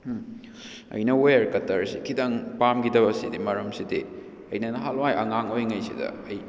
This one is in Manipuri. ꯑꯩꯅ ꯋꯦꯌꯔ ꯀꯇꯔꯁꯤ ꯈꯤꯇꯪ ꯄꯥꯝꯈꯤꯗꯕꯁꯤꯗꯤ ꯃꯔꯝ ꯁꯤꯗꯤ ꯑꯩꯅ ꯅꯍꯥꯟ ꯋꯥꯏ ꯑꯉꯥꯡ ꯑꯣꯏꯔꯤꯉꯩꯁꯤꯗ ꯑꯩ